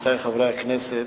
עמיתי חברי הכנסת,